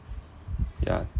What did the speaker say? yeah